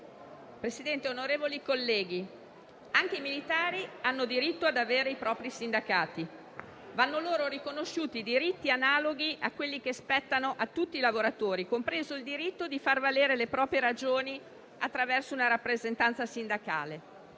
Presidente, onorevoli colleghi, anche i militari hanno diritto ad avere i propri sindacati; vanno loro riconosciuti diritti analoghi a quelli che spettano a tutti i lavoratori, compreso quello di far valere le proprie ragioni attraverso una rappresentanza sindacale.